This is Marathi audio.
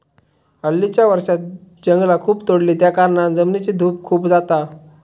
हल्लीच्या वर्षांत जंगला खूप तोडली त्याकारणान जमिनीची धूप खूप जाता